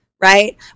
Right